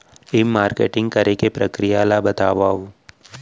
ई marketing करे के प्रक्रिया ला बतावव?